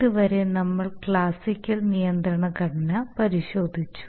ഇതുവരെ നമ്മൾ ക്ലാസിക്കൽ നിയന്ത്രണ ഘടന പരിശോധിച്ചു